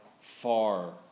far